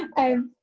i